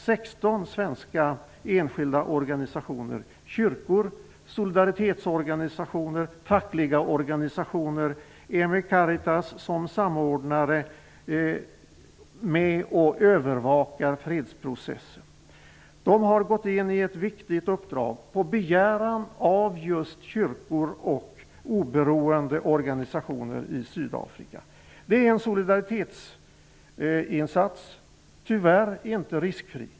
16 svenska enskilda organisationer -- kyrkor, solidaritetsorganisationer och fackliga organisationer -- med Caritas som samordnare är med om att övervaka fredsprocessen. De har gått in i ett viktigt uppdrag, på begäran av just kyrkor och oberoende organisationer i Sydafrika. Det är en solidaritetsinsats, tyvärr inte riskfri.